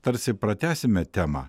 tarsi pratęsime temą